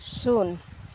ᱥᱩᱱ